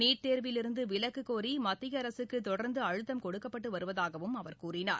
NEET தேர்விலிருந்து விலக்கு கோரி மத்திய அரசுக்கு தொடர்ந்து அழுத்தம் கொடுக்கப்பட்டு வருவதாகவும் அவர் கூறினார்